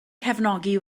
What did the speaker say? cefnogi